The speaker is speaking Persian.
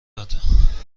داد